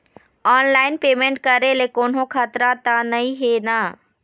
Online payment करे ले कोन्हो खतरा त नई हे न?